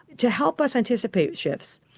to help us anticipate shifts.